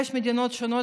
יש מדינות שונות